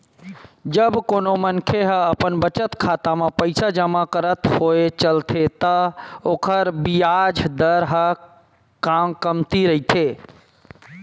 जब कोनो मनखे ह अपन बचत खाता म पइसा जमा करत होय चलथे त ओखर बियाज दर ह कमती रहिथे